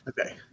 Okay